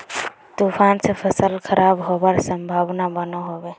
तूफान से फसल खराब होबार संभावना बनो होबे?